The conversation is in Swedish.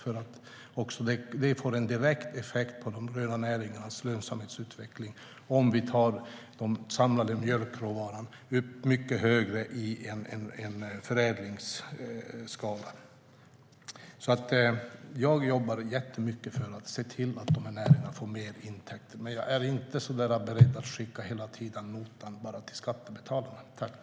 Det får en direkt effekt på de gröna näringarnas lönsamhetsutveckling om den samlade mjölkråvaran hanteras mycket högre i förädlingsskalan.